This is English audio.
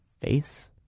face